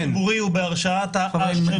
לכן האינטרס הציבורי הוא בהרשעת האשמים,